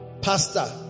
Pastor